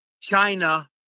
China